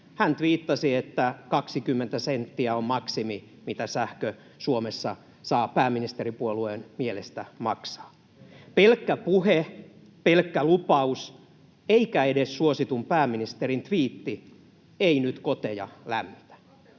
Hän tviittasi, että 20 senttiä on maksimi, mitä sähkö Suomessa saa pääministeripuolueen mielestä maksaa. Pelkkä puhe, pelkkä lupaus ei, eikä edes suositun pääministerin tviitti, nyt koteja lämmitä.